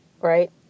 right